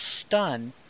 stun